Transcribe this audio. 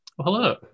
hello